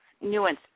nuance